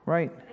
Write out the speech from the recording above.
Right